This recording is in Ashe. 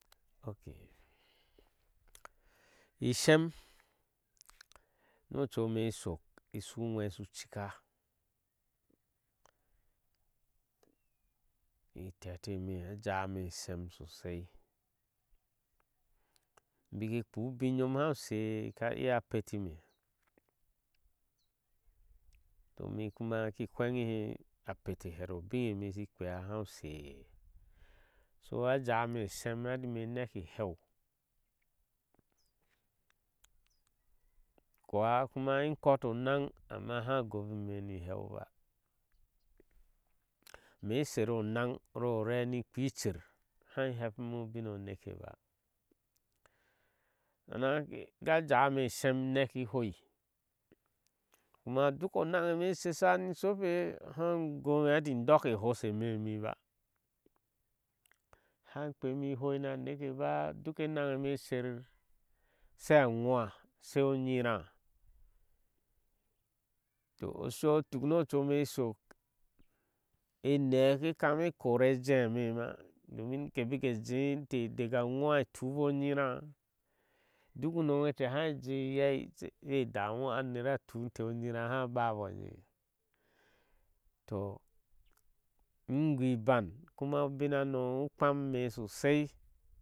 Ishem nu ochue ime ishiin shok inshu uŋwei shu ckika. itete eme a jawi ime isem sosai a bakin kpuu ubiŋ nyoom hau sheye aka iya a peti ime toh ime kuma kin hweghi he a pete hero ubiŋ eme shin keea i hau sheye a jawi ime ishem ati ime in neki i heu kuwa kuma in kota onam kuma aha goobi ime ni iheu baa i me in sher onaŋ rore ni in kpii icher hai hepi ime ubiŋ o neke ba. sanan ka vawi ime isem, ineki i hoi kuma duki onaŋ eme ish shesha ni sope da goobi me ni i hoi ba han kemi da goobi me ni i hoi ba han kpeemi ihoi na a neka baa duk a naŋe ime ishin sher sai aŋwa seu onyirah. to oshu eyo sho tuk nu o chuu eme ishin shok eme ke kami kori a jeeh eme ma domin inteh ke bioke jeeh deka ŋwa ke tuhbo onyirah du inmywe teh ke shi hai jeyil iyei sha danu a nera tuk umbooh oyira aha baaboo enyeh. toh ingoh iban kuma ubiŋ hano u ksn ime sosai.